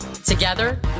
Together